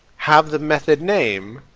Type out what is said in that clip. have the method name,